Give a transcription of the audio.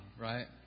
right